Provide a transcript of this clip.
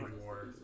War